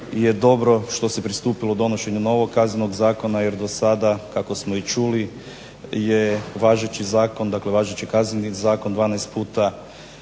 je dobro da se pristupilo donošenju novog Kaznenog zakona jer do sada kako smo čuli je važeći Kazneni zakon 12 puta